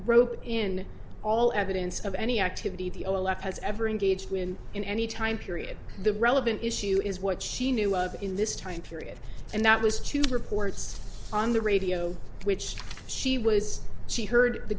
rope in all evidence of any activity the elect has ever engaged when in any time period the relevant issue is what she knew of in this time period and that was to reports on the radio which she was she heard the